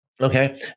okay